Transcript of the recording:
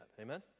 Amen